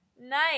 nice